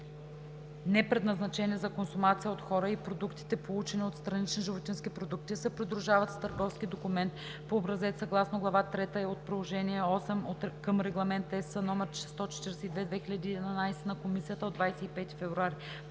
непредназначени за консумация от хора, и продуктите, получени от странични животински продукти, се придружават с търговски документ по образец съгласно глава III от Приложение VIII към Регламент (ЕС) № 142/2011 на Комисията от 25 февруари